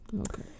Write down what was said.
okay